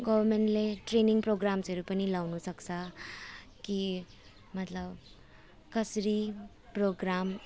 गभर्मेन्टले ट्रेनिङ प्रोग्राम्सहरू पनि ल्याउनुसक्छ कि मतलब कसरी प्रोग्राम